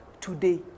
today